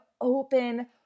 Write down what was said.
open